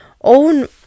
own